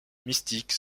mystique